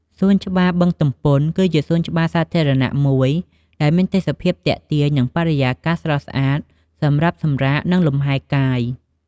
សួនច្បារបឹងទំពុន គឺជាសួនច្បារសាធារណៈមួយដែលមានទេសភាពទាក់ទាញ និងបរិយាកាសស្រស់ស្អាតសម្រាប់សម្រាក និងលំហែកាយ។